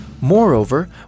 Moreover